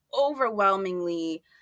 overwhelmingly